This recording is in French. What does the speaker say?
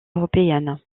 européenne